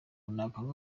nakwanga